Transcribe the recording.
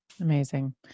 Amazing